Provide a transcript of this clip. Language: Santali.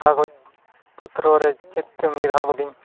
ᱠᱟᱜᱚᱡᱽᱼᱯᱚᱛᱨᱚ ᱨᱮ ᱪᱮᱫ ᱠᱟᱹᱢᱤ ᱨᱮᱦᱚᱸ ᱵᱟᱹᱞᱤᱧ